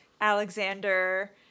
Alexander